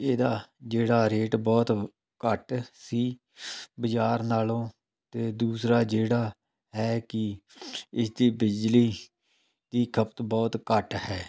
ਇਹਦਾ ਜਿਹੜਾ ਰੇਟ ਬਹੁਤ ਘੱਟ ਸੀ ਬਾਜ਼ਾਰ ਨਾਲੋਂ ਅਤੇ ਦੂਸਰਾ ਜਿਹੜਾ ਹੈ ਕਿ ਇਸਦੀ ਬਿਜਲੀ ਦੀ ਖ਼ਪਤ ਬਹੁਤ ਘੱਟ ਹੈ